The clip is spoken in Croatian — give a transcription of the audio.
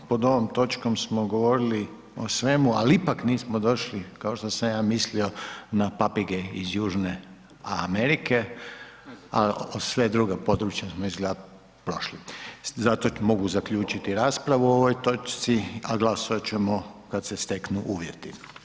Evo, pod ovom točkom smo govorili o svemu ali ipak nismo došli kao što sam ja mislio na papige iz Južne Amerike a sva druga područja smo izgleda prošli zato mogu zaključiti raspravu o ovoj točci a glasovat ćemo kad se steknu uvjeti.